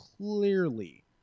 clearly